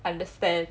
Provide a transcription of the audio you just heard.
understand